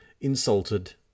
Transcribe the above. insulted